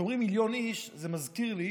כשאומרים מיליון איש, זה מזכיר לי